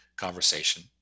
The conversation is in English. conversation